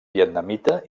vietnamita